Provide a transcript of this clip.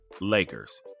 Lakers